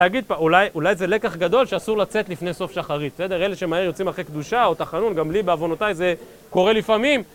אולי זה לקח גדול שאסור לצאת לפני סוף שחרית, בסדר? אלה שמהר יוצאים אחרי קדושה או תחנון, גם לי בעוונותיי זה קורה לפעמים.